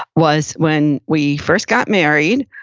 was when we first got married.